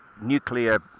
nuclear